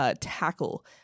tackle